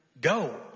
go